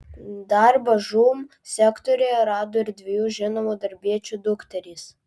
darbą žūm sektoriuje rado ir dviejų žinomų darbiečių dukterys